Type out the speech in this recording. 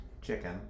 chicken